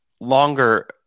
longer